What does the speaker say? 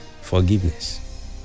forgiveness